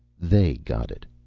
they got in.